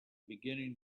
beginning